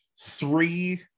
three